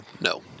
No